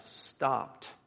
stopped